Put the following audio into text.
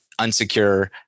unsecure